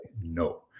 no